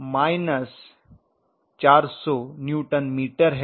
तो यह torque 400 newton metre है